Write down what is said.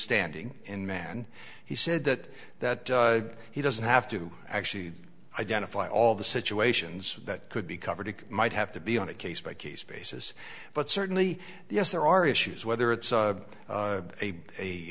standing in man he said that that he doesn't have to actually identify all the situations that could be covered it might have to be on a case by case basis but certainly yes there are issues whether it's